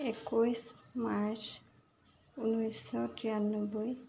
একৈছ মাৰ্চ ঊনৈছশ তিৰান্নব্বৈ